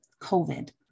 COVID